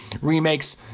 remakes